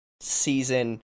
season